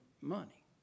money